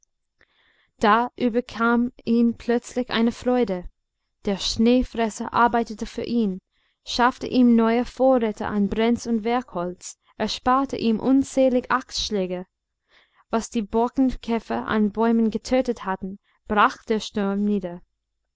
da überkam ihn plötzlich eine freude der schneefresser arbeitete für ihn schaffte ihm neue vorräte an brenn und werkholz ersparte ihm unzählige axtschläge was die borkenkäfer an bäumen getötet hatten brach der sturm nieder